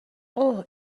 اوه